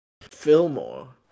Fillmore